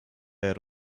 had